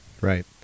right